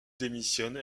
démissionne